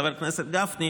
לחבר הכנסת גפני.